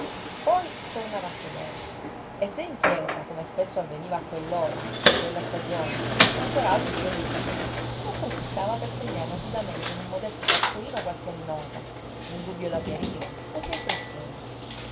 poi tornava a sedere e se in chiesa come spesso avveniva a quell'ora di quella stagione non c'era altri che lui ne approfittava per segnar rapidamente in un modesto taccuino qualche nota un dubbio da chiarire le sue impressioni